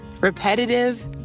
repetitive